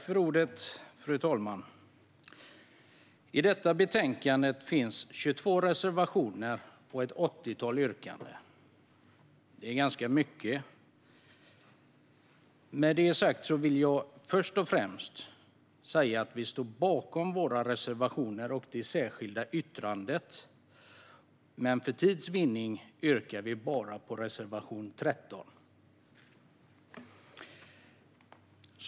Fru talman! I detta betänkande finns 22 reservationer och ett åttiotal yrkanden. Det är ganska mycket. Med detta sagt vill jag först och främst säga att vi står bakom våra reservationer och det särskilda yttrandet. Men för tids vinnande yrkar jag bifall bara till reservation 13.